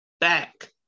back